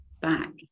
back